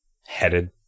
Headed